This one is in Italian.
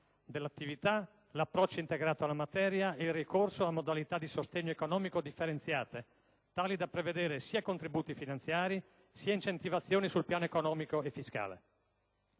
dell'attività, l'approccio integrato alla materia, il ricorso a modalità di sostegno economico differenziate, tali da prevedere sia contributi finanziari, sia incentivazioni sul piano economico e fiscale.